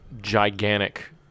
gigantic